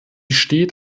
steht